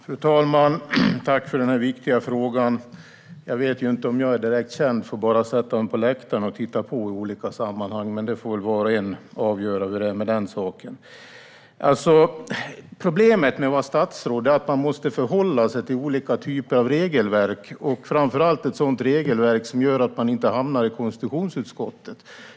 Fru talman! Tack för den viktiga frågan! Jag vet inte om jag är direkt känd för att bara sätta mig på läktaren och titta på i olika sammanhang. Var och en får avgöra hur det är med den saken. Problemet med att vara statsråd är att man måste förhålla sig till olika typer av regelverk, framför allt ett sådant regelverk som gör att man inte hamnar i konstitutionsutskottet.